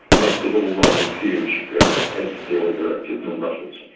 makes it all one huge great entity, all directed from brussels.